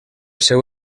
seu